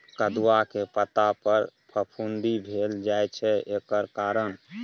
कदुआ के पता पर फफुंदी भेल जाय छै एकर कारण?